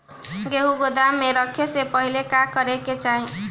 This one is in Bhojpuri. गेहु गोदाम मे रखे से पहिले का का करे के चाही?